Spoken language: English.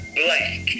black